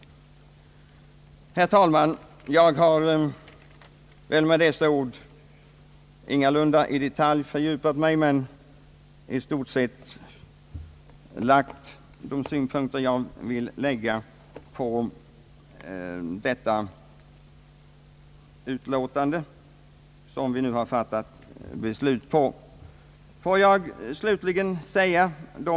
Jag har med dessa ord ingalunda i detalj fördjupat mig i denna fråga men i stort sett lagt fram de synpunkter jag anser väsentliga på det utlåtande som vi nu skall besluta om.